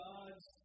God's